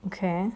okay